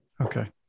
Okay